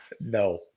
no